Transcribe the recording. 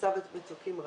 מצב המצוקים רע.